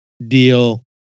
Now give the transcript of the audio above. Deal